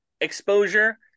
exposure